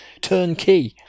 Turnkey